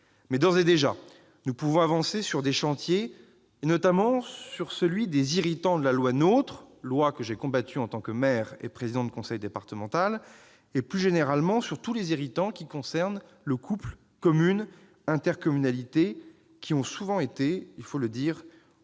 D'ores et déjà, nous pouvons avancer sur certains chantiers, notamment, sur celui des irritants de la loi NOTRe, loi que j'ai combattue en tant que maire et président de conseil départemental, et, plus généralement, sur tous les irritants qui concernent le couple communes-intercommunalité ; ces irritants ont souvent été, il faut le reconnaître,